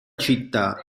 città